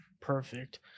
Perfect